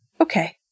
Okay